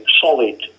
solid